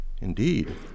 Indeed